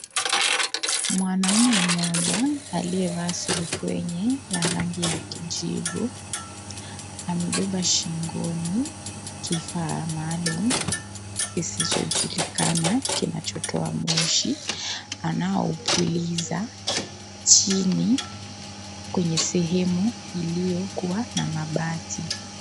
Mwanamume moja aliyevaa surubwenye ya rangi ya kijivu, amebeba shingoni kifaa maalum kisichojulikana kinachotoa moshi anaopuliza. Hii ni kwenye sehemu iliyokuwa na mabati.